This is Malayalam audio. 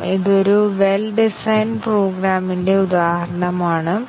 മ്യൂട്ടേഷൻ ടെസ്റ്റിംഗിൽ ആദ്യം ഞങ്ങൾ